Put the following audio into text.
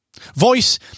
Voice